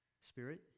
Spirit